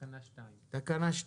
תקנה 2 בבקשה.